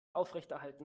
aufrechterhalten